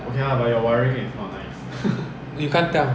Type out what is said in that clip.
you can't tell